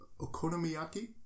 Okonomiyaki